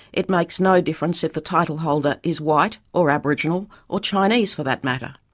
it makes no difference if the titleholder is white or aboriginal, or chinese for that matter.